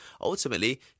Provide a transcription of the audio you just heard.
ultimately